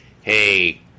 hey –